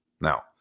Now